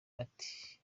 ati